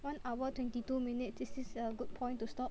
one hour twenty two minutes this is a good point to stop